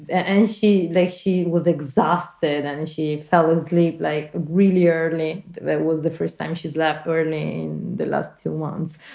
and she they she was exhausted and she fell asleep like really early. that was the first time she'd left early in the last two ones.